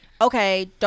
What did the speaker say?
Okay